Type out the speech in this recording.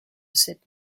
cette